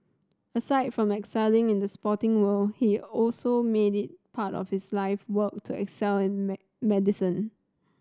aside from excelling in the sporting world he also made it part of his life work to excel in medicine